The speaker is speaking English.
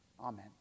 Amen